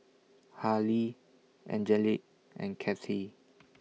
Halie Angelic and Kathey